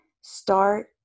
start